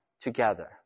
together